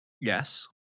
Yes